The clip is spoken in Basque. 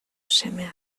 semea